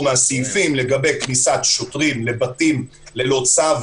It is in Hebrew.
מהסעיפים לגבי כניסת שוטרים לבתים ללא צו,